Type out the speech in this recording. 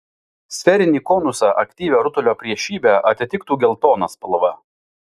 sferinį konusą aktyvią rutulio priešybę atitiktų geltona spalva